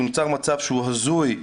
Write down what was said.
נוצר מצב הזוי,